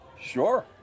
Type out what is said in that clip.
Sure